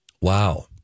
Wow